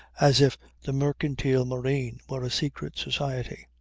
as if the mercantile marine were a secret society.